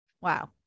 Wow